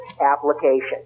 application